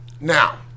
Now